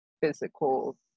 physical